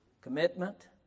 Commitment